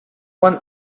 one